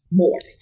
more